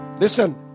Listen